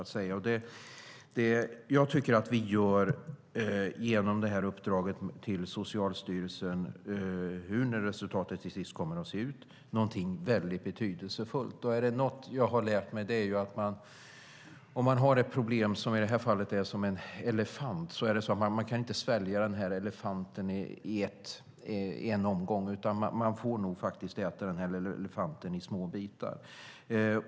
Genom uppdraget till Socialstyrelsen gör vi, hur resultatet än kommer att se ut, något betydelsefullt. Är det något jag har lärt mig är det att om man har ett problem som är som en elefant kan man inte svälja elefanten i en enda tugga, utan man får äta den i små bitar.